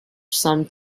some